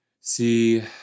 See